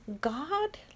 God